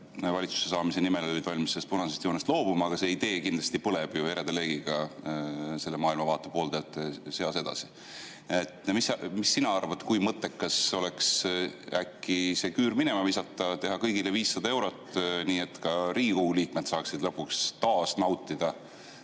valitsusse saamise nimel sellest punasest joonest loobuma, aga see idee kindlasti põleb ereda leegiga selle maailmavaate pooldajate seas edasi. Mida sina arvad, kui mõttekas oleks äkki see küür minema visata ja teha kõigile 500 eurot, nii et ka Riigikogu liikmed saaksid lõpuks taas nautida